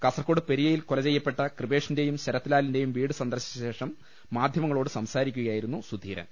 കാസർകോട് പെരിയയിൽ കൊല്ലചെയ്യപ്പെട്ട കൃപേഷിന്റെയും ശരത്ലാലിന്റെയും വീട് സന്ദർശിച്ചശേഷം മാധ്യമങ്ങളോട് സംസാരിക്കുകയായിരുന്നു സുധീരൻ